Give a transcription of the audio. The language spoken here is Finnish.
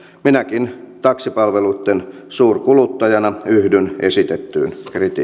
minäkin taksipalveluitten suurkuluttajana yhdyn esitettyyn kritiikkiin